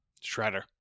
Shredder